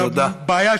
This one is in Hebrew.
תודה.